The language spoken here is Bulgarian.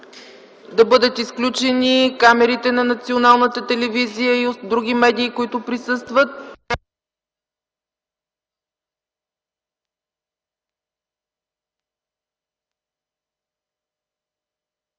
да бъдат изключени камерите на Българската национална телевизия и други медии, които присъстват,